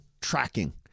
tracking